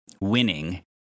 winning